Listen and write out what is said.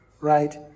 right